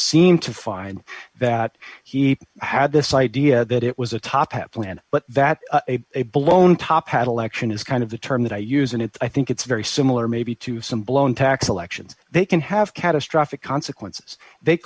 seem to find that he had this idea that it was a top hat plan but that a blown top had election is kind of the term that i use and it's i think it's very similar maybe to some blown tax elections they can have catastrophic consequences they